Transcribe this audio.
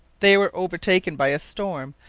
they were overtaken by a storm,